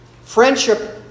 friendship